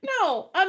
No